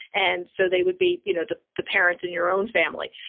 and so they would be you know the the parents in your own family,